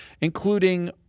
including